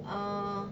err